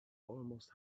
almost